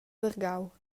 vargau